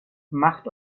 macht